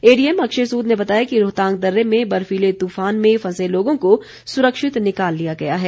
ADM Akshay Sood ने बताया है कि रोहतांग दर्रे में बर्फीले तूफान में फंसे लोगों को सुरक्षित निकाल लिया गया है